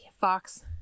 Fox